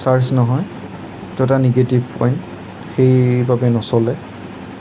charge নহয় এইটো এটা নিগেটিভ পইণ্ট সেইবাবে নচলে